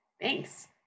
Thanks